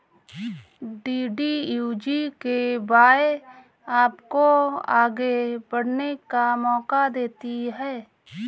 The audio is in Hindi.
डी.डी.यू जी.के.वाए आपको आगे बढ़ने का मौका देती है